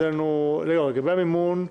לגבי המימון,